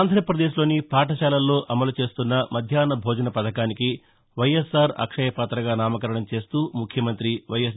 ఆంధ్రప్రదేశ్లోని పాఠశాలల్లో అమలుచేస్తోన్న మధ్యాహ్న భోజన పథకానికి వైఎస్ఆర్ అక్షయపాతగా నామకరణం చేస్తూ ముఖ్యమంతి వైఎస్